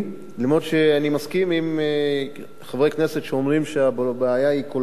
למרות שאני מסכים עם חברי כנסת שאומרים שהבעיה היא כוללנית